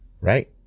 right